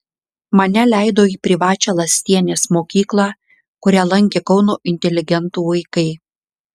mane leido į privačią lastienės mokyklą kurią lankė kauno inteligentų vaikai